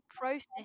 process